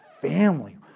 family